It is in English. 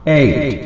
eight